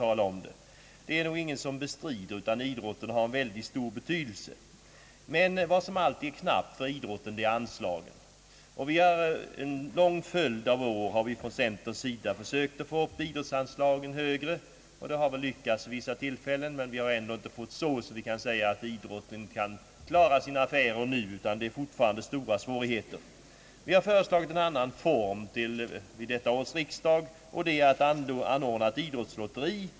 Det finns säkert inte någon som förnekar att idrotten har en mycket stor betydelse, men vad som alltid är knappt för idrotten är anslagen. Vi har från centerpartiets sida under en lång följd av år försökt att få fram ökade anslag till idrotten. Vi har väl lyckats vid vissa tillfällen, men vi har ändå inte fått så stora bidrag att vi kan säga att idrotten kan klara sina affärer, utan den dras fortfarande med stora svårigheter. Vi har till detta års riksdag föreslagit en annan form för bidrag, nämligen anordnandet av ett idrottslotteri.